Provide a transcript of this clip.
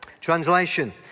Translation